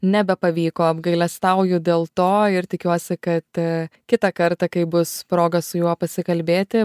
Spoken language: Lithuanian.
nebepavyko apgailestauju dėl to ir tikiuosi kad kitą kartą kai bus proga su juo pasikalbėti